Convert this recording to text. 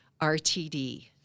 RTD